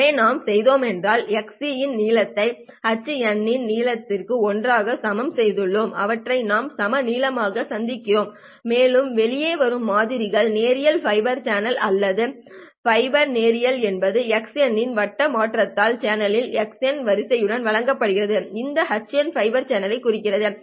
எனவே நாம் என்ன செய்தோம் என்றால் xc இன் நீளத்தையும் h இன் நீளத்தையும் ஒன்றாக சமன் செய்துள்ளோம் அவற்றை நாம் சம நீளமாக சந்தித்திருக்கிறோம் மேலும் வெளியே வரும் மாதிரிகள் நேரியல் ஃபைபர் சேனல் வலது அல்லது ஃபைபரில் நேரியல் என்பது x இன் வட்ட மாற்றத்தால் சேனலின் x வரிசையுடன் வழங்கப்படுகிறது இந்த h ஃபைபர் சேனலைக் குறிக்கிறது